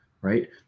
right